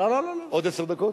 עוד עשר דקות?